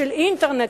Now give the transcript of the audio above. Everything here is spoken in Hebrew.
של אינטרנט,